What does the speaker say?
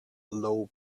low